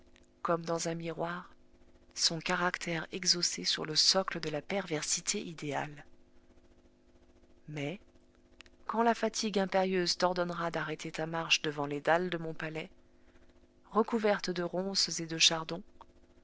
comme dans un miroir son caractère exhaussé sur le socle de la perversité idéale mais quand la fatigue impérieuse t'ordonnera d'arrêter ta marche devant les dalles de mon palais recouvertes de ronces et de chardons